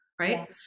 Right